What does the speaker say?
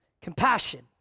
Compassion